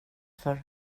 för